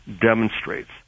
demonstrates